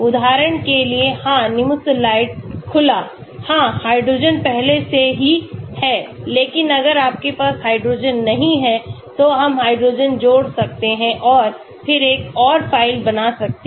उदाहरण के लिए हाँ Nimesulide खुला हाँ हाइड्रोजन पहले से ही है लेकिन अगर आपके पास हाइड्रोजन नहीं है तो हम हाइड्रोजन जोड़ सकते हैं और फिर एक और फ़ाइल बना सकते हैं